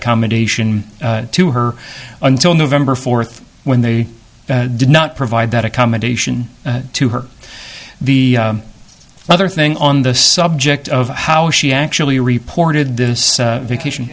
accommodation to her until november fourth when they did not provide that accommodation to her the other thing on the subject of how she actually reported the vacation